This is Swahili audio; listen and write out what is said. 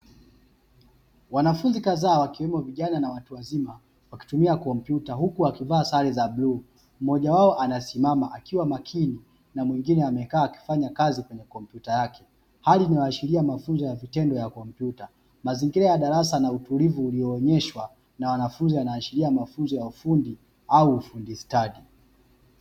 Wanafunzi kadhaa wakiwemo vijana na watu wazima ukitumia kompyuta huku akivaa sare za bluu moja wao anasimama akiwa makini na mwingine amekaa akifanya kazi kwenye kompyuta yake hali ni waashiria mafunzo ya vitendo ya kompyuta mazingira ya darasa na utulivu ulioonyeshwa na wanafunzi yanaashiria mafunzo ya ufundi au ufundistadi.